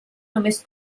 només